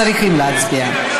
צריכים להצביע.